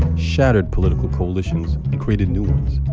shattered political coalitions and created new ones,